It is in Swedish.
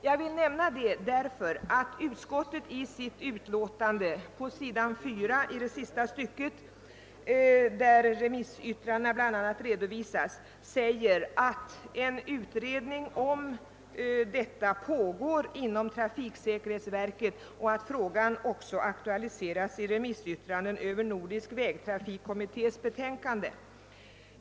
Jag vill nämna det eftersom utskottet i sitt utlåtande på s. 4 i samband med redovisningen av remissyttrandena framhåller att utredning härom pågår inom trafiksäkerhetsverket och att frågan också aktualiserats i remissyttranden över Nordisk vägtrafikkommittés betänkande.